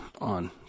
on